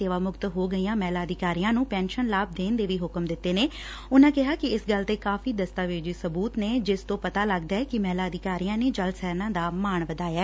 ਸੇਵਾ ਮਕਤ ਹੋ ਗਈਆਂ ਮਹਿਲਾ ਅਧਿਕਾਰੀਆਂ ਨੰ ਪੈਨਸ਼ਨ ਲਾਭ ਦੇਣ ਦੇ ਵੀ ਹਕਮ ਦਿਂਤੇ ਨੇ ਉਨੂਾ ਕਿਹਾ ਕਿ ਗੱਲ ਦੇ ਕਾਫੀ ਦਸਤਾਵੇਜੀ ਸਬੂਤ ਨੇ ਜਿਸ ਤੋਂ ਪਤਾ ਲਗਦਾ ਐ ਕਿ ਮਹਿਲਾ ਅਧਿਕਾਰੀਆਂ ਨੇ ਜਲ ਸੈਨਾ ਦਾ ਮਾਣ ਵਧਾਇਐ